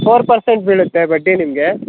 four percent ಬೀಳುತ್ತೆ ಬಡ್ಡಿ ನಿಮಗೆ